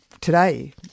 today